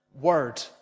word